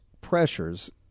pressures